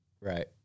Right